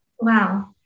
Wow